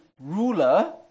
ruler